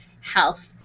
health